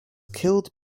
killed